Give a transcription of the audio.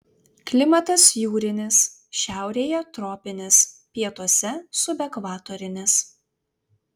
klimatas jūrinis šiaurėje tropinis pietuose subekvatorinis